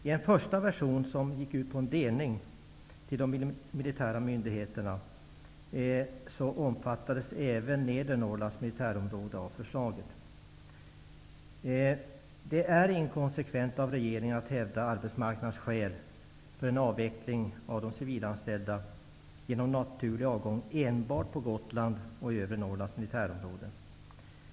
I en första version, som delades till de militära myndigheterna, omfattades även Nedre Norrlands militärområde av förslaget. Det är inkonsekvent av regeringen att hävda att det enbart på Gotland och i Övre Norrlands militärområde finns arbetsmarknadsskäl för en avveckling genom naturlig avgång.